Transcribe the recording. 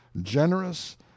generous